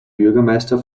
bürgermeister